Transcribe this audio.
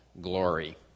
glory